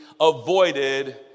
avoided